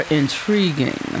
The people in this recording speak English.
intriguing